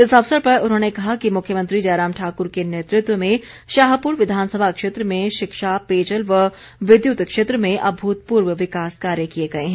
इस अवसर पर उन्होंने कहा कि मुख्यमंत्री जयराम ठाकुर के नेतृत्व में शाहपुर विधानसभा क्षेत्र में शिक्षा पेजयल व विद्युत क्षेत्र में अभूतपूर्व विकास कार्य किए गए हैं